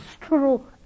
true